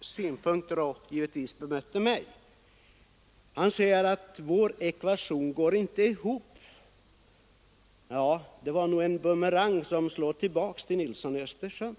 synpunkter och bemötte naturligtvis också mig. Han ansåg att vår ekvation inte går ihop. Det uttalandet är en bumerang som slår tillbaka på honom själv.